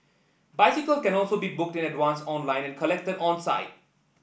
bicycle can also be booked in advance online and collected on site